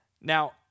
Now